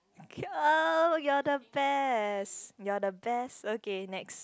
ok~ uh you're the best you're the best okay next